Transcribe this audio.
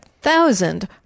thousand